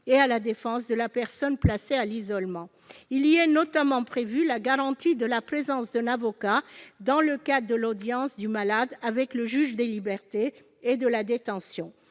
et à la défense de la personne placée à l'isolement. Il y est notamment prévu la garantie de la présence d'un avocat dans le cadre de l'audience du malade avec le juge des libertés et de la détention.